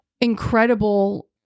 incredible